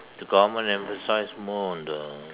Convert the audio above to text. the government never emphasize more on the